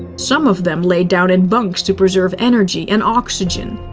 some of them laid down in bunks to preserve energy and oxygen.